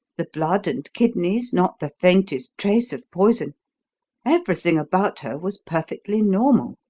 the blood and kidneys not the faintest trace of poison everything about her was perfectly normal.